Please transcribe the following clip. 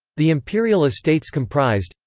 the imperial estates comprised